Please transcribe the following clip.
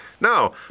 No